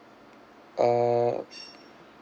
uh